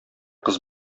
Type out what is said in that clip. кыз